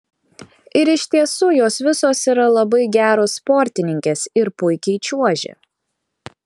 ir iš tiesų jos visos yra labai geros sportininkės ir puikiai čiuožė